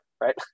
right